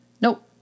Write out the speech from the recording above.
Nope